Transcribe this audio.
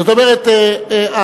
זאת אומרת,